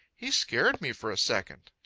he scared me for a second.